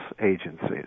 agencies